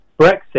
Brexit